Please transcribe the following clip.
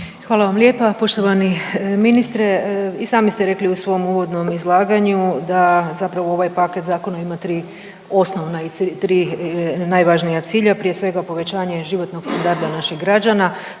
Hvala vam lijepa. Poštovani ministre i sami ste rekli u svom uvodnom izlaganju da zapravo ovaj paket zakona ima tri osnovna i tri najvažnija cilja, prije svega povećanje životnog standarda naših građana,